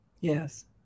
Yes